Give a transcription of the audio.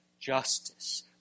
justice